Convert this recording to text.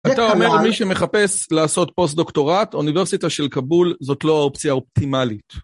אתה אומר, מי שמחפש לעשות פוסט-דוקטורט, אוניברסיטה של קאבול זאת לא האופציה האופטימלית.